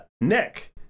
nick